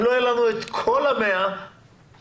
אם לא יהיה לנו את כל ה-100, לא.